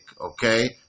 okay